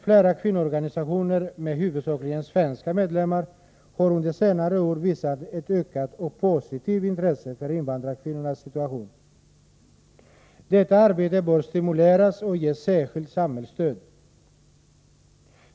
Flera kvinnoorganisationer med huvudsakligen svenska medlemmar har under senare år visat ett ökat och positivt intresse för invandrarkvinnornas situation. Detta arbete bör stimuleras och ges särskilt samhällsstöd.